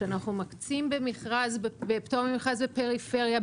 שאנחנו מקצים בפטור ממכרז בפריפריה,